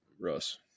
Russ